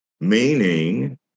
meaning